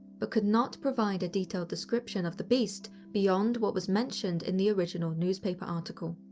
but could not provide a detailed description of the beast, beyond what was mentioned in the original newspaper article.